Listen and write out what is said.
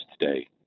today